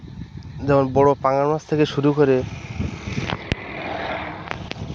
যেমন বড়ো পাঙ্গাল মাছ থেকে শুরু করে